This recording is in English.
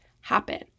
happen